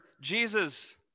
Jesus